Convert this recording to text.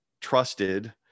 trusted